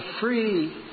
free